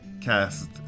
cast